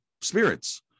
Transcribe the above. spirits